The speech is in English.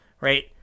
Right